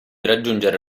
raggiungere